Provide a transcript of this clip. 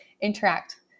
interact